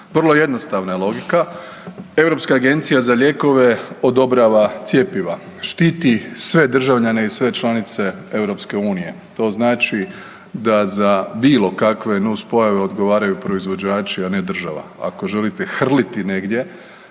Vrlo jednostavna je logika, Europska agencija za lijekove odobrava cjepiva, štiti sve državljane i sve članice EU, to znači da za bilo kakve nuspojave odgovaraju proizvođači, a ne država. Ako želite hrliti negdje